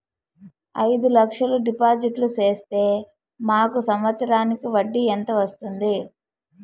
అయిదు లక్షలు డిపాజిట్లు సేస్తే మాకు సంవత్సరానికి వడ్డీ ఎంత వస్తుంది?